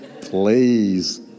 Please